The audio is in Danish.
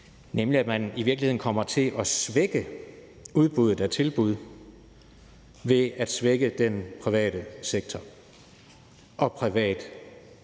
nemlig i virkeligheden at svække udbuddet af tilbud ved at svække den private sektor og de private tilbud.